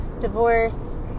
divorce